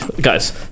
guys